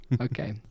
okay